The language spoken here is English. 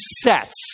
sets